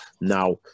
now